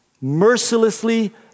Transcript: mercilessly